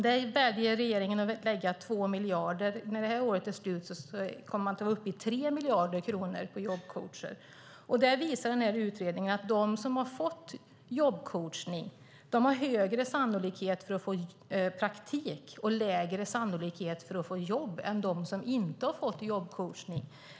Här väljer regeringen att lägga 2 miljarder. När året är slut kommer man att ha lagt 3 miljarder kronor på jobbcoacher. Rapporten visar att de som har fått jobbcoachning har högre sannolikhet att få praktik och lägre sannolikhet att få jobb än de som inte har fått jobbcoachning.